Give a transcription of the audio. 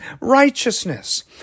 righteousness